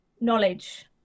knowledge